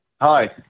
Hi